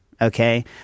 okay